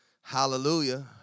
Hallelujah